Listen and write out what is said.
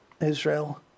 Israel